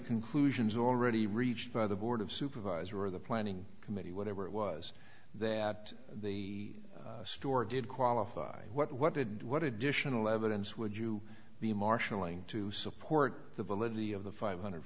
conclusions already reached by the board of supervisors or the planning committee whatever it was that the store did qualify what did what additional evidence would you be marshalling to support the validity of the five hundred